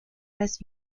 las